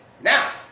Now